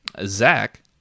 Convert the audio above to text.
Zach